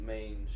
Main